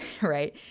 right